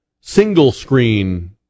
single-screen